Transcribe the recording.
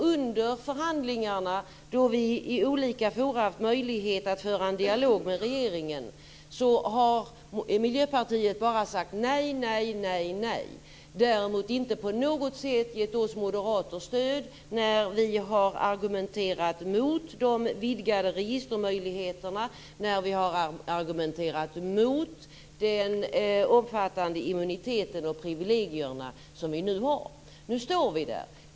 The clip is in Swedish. Under förhandlingarna, då vi i olika forum har haft möjlighet att föra en dialog med regeringen, har Miljöpartiet bara sagt nej, nej, nej. Däremot har vi moderater inte getts stöd när vi har argumenterat mot de vidgade registermöjligheterna, när vi har argumenterat mot den omfattande immuniteten och privilegierna som nu finns. Nu står vi där.